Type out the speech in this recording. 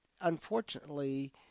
unfortunately